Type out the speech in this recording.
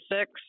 six